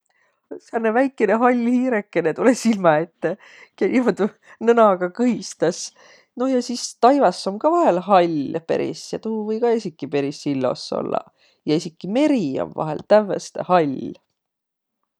Sääne väikene hall hiirekene tulõ silmä ette, kiä niimuudu nõnaga kõhistas. No ja sis taivas om kah vahel hall peris. Tuu või kah esiki peris illos ollaq. Ja esiki meri om vahel tävveste hall.